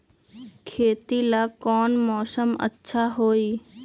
खेती ला कौन मौसम अच्छा होई?